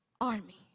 army